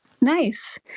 Nice